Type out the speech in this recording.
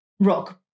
rock